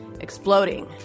exploding